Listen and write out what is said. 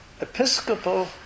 Episcopal